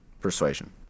persuasion